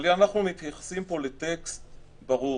אבל אנחנו מתייחסים פה לטקסט ברור,